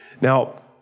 Now